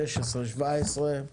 16, 17?